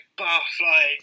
barfly